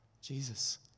Jesus